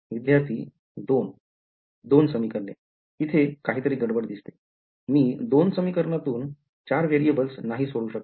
विद्यार्थी 2 दोन दोन समीकरणे इथे काहीतरी गडबड दिसते मी दोन समीकरणातून चार व्हेरिएबल नाही सोडवू शकणार